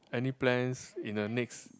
any plans in the next